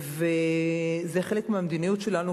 זה חלק מהמדיניות שלנו,